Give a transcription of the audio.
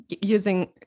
using